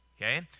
Okay